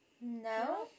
no